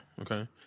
okay